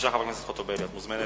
הצעה